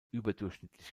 überdurchschnittlich